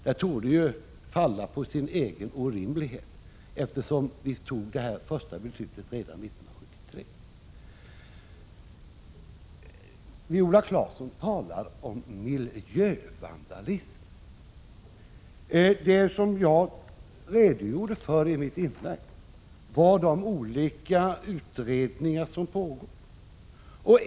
Det torde ju falla på sin egen orimlighet, eftersom vi fattade det första beslutet redan 1973. Viola Claesson talar om miljövandalism. Det som jag redogjorde för i mitt inlägg var de olika utredningar som pågår.